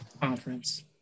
conference